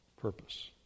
purpose